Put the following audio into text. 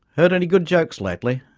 heard any good jokes lately?